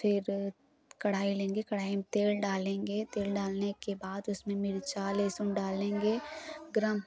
फिर कढ़ाई लेंगे कढ़ाई में तेल डालेंगे तेल डालने के बाद उसमें मिर्च लहसुन डालेंगे गर्म